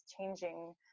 changing